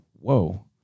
Whoa